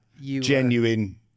Genuine